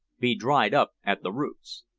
be dried up at the roots.